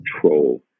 control